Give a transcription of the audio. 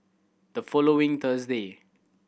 the following Thursday